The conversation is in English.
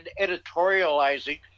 editorializing